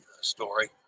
story